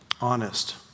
honest